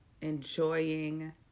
enjoying